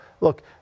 Look